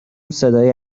صدای